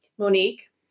Monique